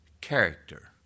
character